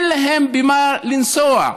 אין להם במה לנסוע.